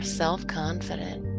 self-confident